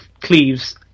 cleves